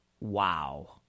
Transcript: Wow